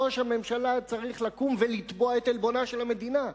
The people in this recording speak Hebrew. ראש הממשלה צריך לקום ולתבוע את עלבונה של המדינה.